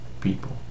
people